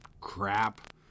crap